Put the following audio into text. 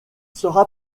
sera